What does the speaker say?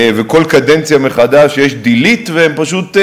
וכל קדנציה מחדש יש delete והם פשוט,